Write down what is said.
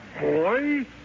boy